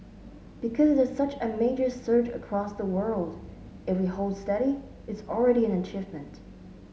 because there's such a major surge across the world if we hold steady it's already an achievement